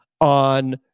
on